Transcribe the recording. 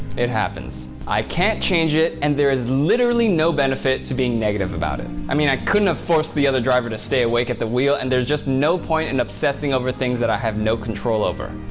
it happens. i can't change it, and there is literally no benefit to being negative about it. i mean i couldn't have forced the other driver to stay awake at the wheel, and there's just no point in obsessing over things that i have no control over.